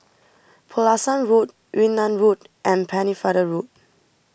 Pulasan Road Yunnan Road and Pennefather Road